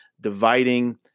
dividing